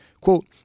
Quote